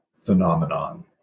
phenomenon